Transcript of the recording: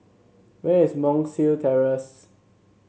where is Monk's Hill Terrace